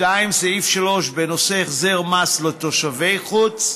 2. סעיף 3, בנושא החזר מס לתושבי חוץ,